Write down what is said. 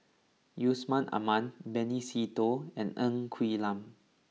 Yusman Aman Benny Se Teo and Ng Quee Lam